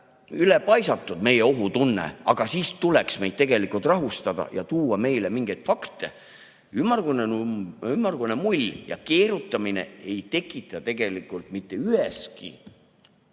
ülepaisutatud, see meie ohutunne. Aga siis tuleks meid rahustada ja tuua meile mingeid fakte. Ümmargune mull ja keerutamine ei tekita tegelikult mitte üheski